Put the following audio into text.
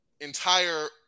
entire